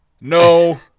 No